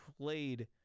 played